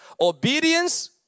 Obedience